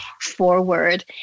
forward